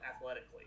athletically